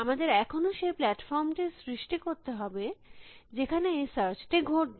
আমাদের এখনো সেই প্লাটফর্মটি সৃষ্টি করতে হবে যেখানে এই সার্চ টি ঘটবে